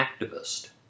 Activist